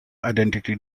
identity